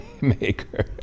Maker